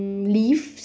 mm leaves